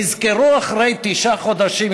נזכרו אחרי תשעה חודשים,